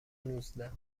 نوزده